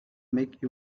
make